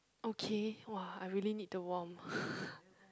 okay !wah! I really need to warm